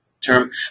term